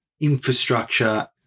infrastructure